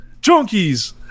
Junkies